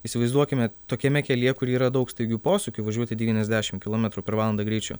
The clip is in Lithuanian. įsivaizduokime tokiame kelyje kur yra daug staigių posūkių važiuoti devyniasdešim kilometrų per valandą greičiu